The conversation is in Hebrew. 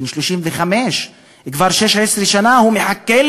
בן 35. כבר 16 שנה הוא מחכה.